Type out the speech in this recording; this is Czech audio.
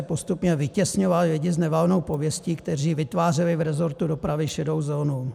Postupně vytěsňoval lidi s nevalnou pověstí, kteří vytvářeli v rezortu dopravy šedou zónu.